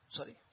Sorry